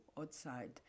outside